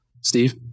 steve